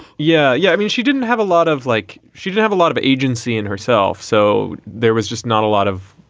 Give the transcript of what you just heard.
yeah. yeah. i mean she didn't have a lot of like she did have a lot of agency in herself so there was just not a lot of